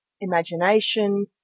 imagination